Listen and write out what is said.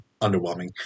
underwhelming